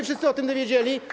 Wszyscy się o tym dowiedzieli.